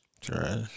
Trash